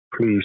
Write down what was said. please